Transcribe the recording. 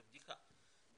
זו בדיחה,